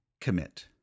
commit